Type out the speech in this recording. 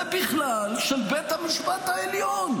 זה בכלל של בית המשפט העליון.